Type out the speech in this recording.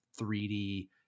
3D